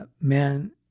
man